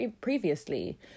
previously